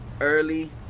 early